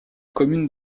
commune